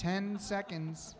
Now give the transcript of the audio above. ten seconds